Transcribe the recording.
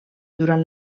durant